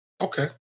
Okay